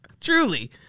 Truly